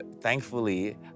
Thankfully